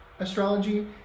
Astrology